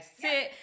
sit